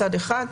מצד אחד,